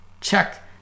check